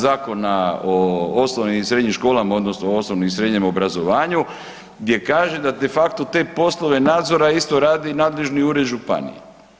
Zakona o osnovnim i srednjim školama odnosno osnovnom i srednjem obrazovanju gdje kaže da de facto te poslove nadzora isto radi i nadležni ured županije.